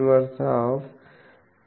3sin 10